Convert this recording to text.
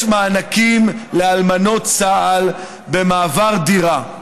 יש מענקים לאלמנות צה"ל במעבר דירה.